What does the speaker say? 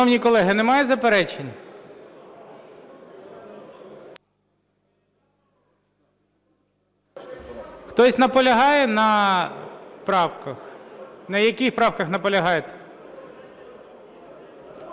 Шановні колеги, немає заперечень? Хтось наполягає на правках? На яких правках наполягаєте?